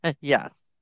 yes